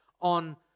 on